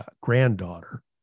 granddaughter